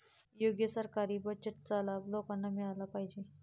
योग्य सरकारी बजेटचा लाभ लोकांना मिळाला पाहिजे